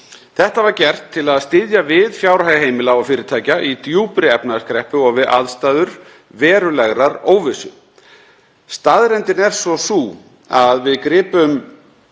Þetta var gert til að styðja við fjárhag heimila og fyrirtækja í djúpri efnahagskreppu og við aðstæður verulegrar óvissu. Staðreyndin er svo sú að við gripum